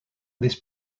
this